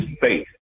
faith